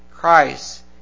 Christ